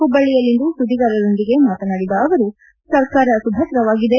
ಹುಬ್ಬಳ್ಳಯಲ್ಲಿಂದು ಸುದ್ದಿಗಾರರೊಂದಿಗೆ ಮಾತನಾಡಿದ ಅವರು ಸರ್ಕಾರ ಸುಭದ್ರವಾಗಿದೆ